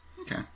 Okay